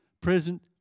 Present